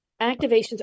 Activations